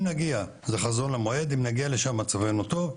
אם נגיע לשם מצבנו טוב.